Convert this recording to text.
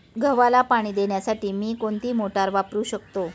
गव्हाला पाणी देण्यासाठी मी कोणती मोटार वापरू शकतो?